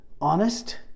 honest